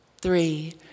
Three